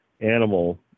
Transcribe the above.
animal